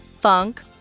funk